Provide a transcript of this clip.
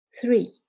Three